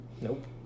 Nope